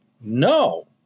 No